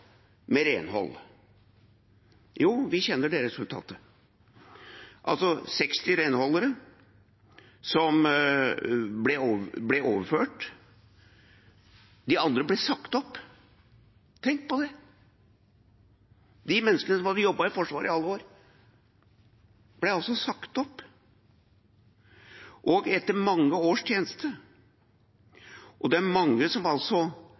med renhold. Vi kjenner resultatet: 60 renholdere ble overført. De andre ble sagt opp. Tenk på det! De menneskene som hadde jobbet i Forsvaret i alle år, ble altså sagt opp – etter mange års tjeneste. Det er mange som